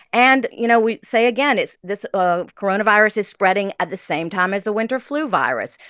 and, you know, we say again, it's this ah coronavirus is spreading at the same time as the winter flu virus.